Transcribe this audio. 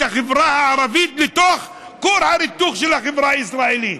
החברה הערבית לתוך כור ההיתוך של החברה הישראלית,